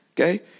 okay